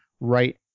right